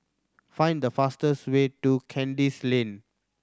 find the fastest way to Kandis Lane